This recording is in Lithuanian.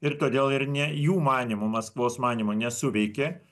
ir todėl ir ne jų manymu maskvos manymu nesuveikė